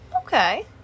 Okay